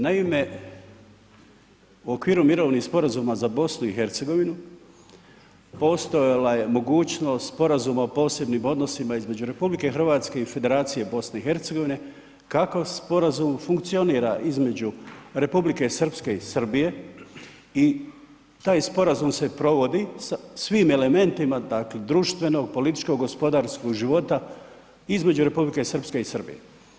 Naime, u okviru mirovnih sporazuma za BiH postojala je mogućnost sporazuma o posebnim odnosima između RH i Federacije BiH kako sporazum funkcionira između Republike Srpske i Srbije i taj sporazum se provodi svim elementima dakle društvenog, političkog, gospodarskog života između Republike Srpske i Srbije.